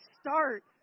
start